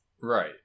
Right